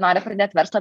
nori pradėt verslą